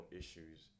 issues